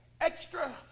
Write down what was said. extra